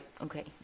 okay